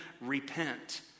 repent